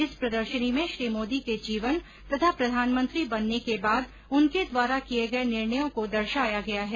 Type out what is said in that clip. इस प्रदर्षनी में श्री मोदी के जीवन तथा प्रधानमंत्री बनने के बाद उनके द्वारा किये गये निर्णयों को दर्षाया गया है